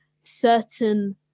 certain